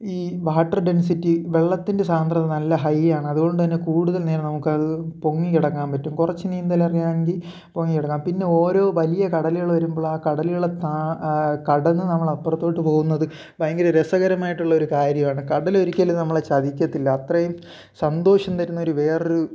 ഈ water density വെള്ളത്തിന്റെ സാന്ദ്രത നല്ല ഹൈ ആണ് അതോണ്ട് തന്നെ കൂടുതൽ നേരം നമുക്കത് പൊങ്ങികിടക്കാൻ പറ്റും കുറച്ച് നീന്തലറിയാം എങ്കിൽ പൊങ്ങി കിടക്കാം പിന്നെ ഓരോ വലിയ കടലുകൾ വരുമ്പോൾ ആ കടലുകളെ താ ആ കടന്ന് നമ്മളപ്പുറത്തോട്ട് പോവുന്നത് ഭയങ്കര രസകരമായിട്ടുള്ളൊരു കാര്യമാണ് കടലൊരിക്കലും നമ്മളെ ചതിക്കത്തില്ല അത്രയും സന്തോഷം തരുന്നൊരു വേറൊരു